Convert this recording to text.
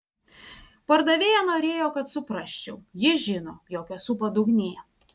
pardavėja norėjo kad suprasčiau ji žino jog esu padugnė